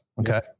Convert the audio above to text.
Okay